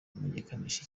kumenyekanisha